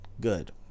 good